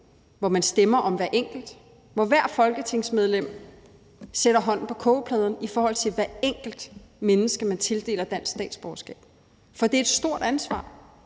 hvor man stemmer om hver enkelt, og hvor hvert folketingsmedlem sætter hånden på kogepladen i forhold til hvert enkelt menneske, som man tildeler dansk statsborgerskab. Det er et stort ansvar,